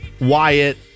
Wyatt